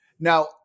Now